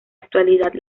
actualidad